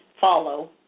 follow